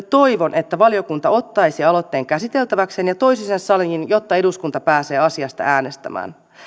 toivon että valiokunta ottaisi aloitteen käsiteltäväkseen ja toisi sen saliin jotta eduskunta pääsee asiasta äänestämään